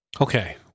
Okay